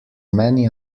many